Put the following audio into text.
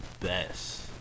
best